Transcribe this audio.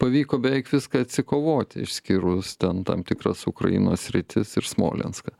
pavyko beveik viską atsikovoti išskyrus ten tam tikras ukrainos sritis ir smolenską